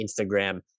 Instagram